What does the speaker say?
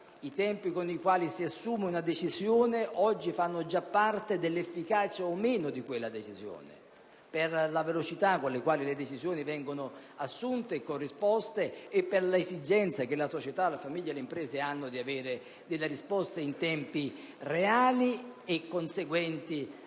I tempi con i quali si assume una decisione, oggi fanno già parte dell'efficacia o dell'inefficacia della decisione stessa, per la velocità con la quale le decisioni vengono assunte e corrisposte e per l'esigenza che la società, la famiglia e le imprese hanno di avere risposte in tempi reali e conseguenti alla